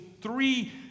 three